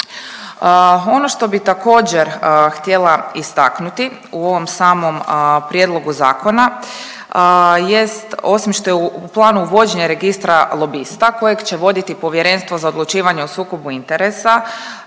Ono što bi također htjela istaknuti u ovom samom prijedlogu zakona, jest osim što je u planu uvođenje registra lobista kojeg će voditi Povjerenstvo za odlučivanje o sukobu interesa,